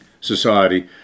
society